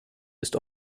ist